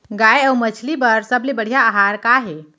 गाय अऊ मछली बर सबले बढ़िया आहार का हे?